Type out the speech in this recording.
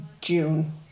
June